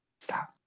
Stop